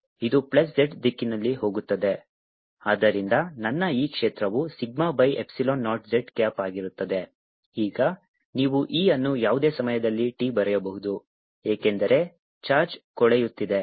E20 20 z Et 0 z Et Q0e tRCa20 z ಆದ್ದರಿಂದ ನನ್ನ E ಕ್ಷೇತ್ರವು sigma by epsilon naught z cap ಆಗಿರುತ್ತದೆ ಈಗ ನೀವು E ಅನ್ನು ಯಾವುದೇ ಸಮಯದಲ್ಲಿ t ಬರೆಯಬಹುದು ಏಕೆಂದರೆ ಚಾರ್ಜ್ ಕೊಳೆಯುತ್ತಿದೆ